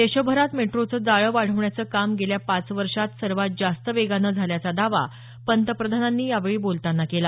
देशभरात मेट्रोचं जाळं वाढवण्याचं काम गेल्या पाच वर्षात सर्वात जास्त वेगाने झाल्याचा दावा पंतप्रधानांनी यावेळी बोलतांना केला